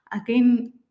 again